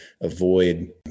avoid